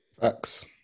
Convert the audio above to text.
Facts